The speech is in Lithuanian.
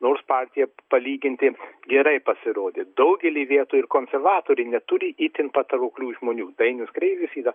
nors partija palyginti gerai pasirodė daugely vietų ir konservatoriai neturi itin patrauklių žmonių dainius kreivys yra